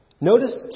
Notice